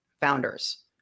founders